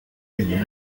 une